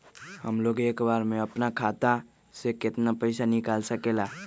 हमलोग एक बार में अपना खाता से केतना पैसा निकाल सकेला?